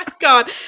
god